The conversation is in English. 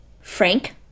Frank